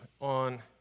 on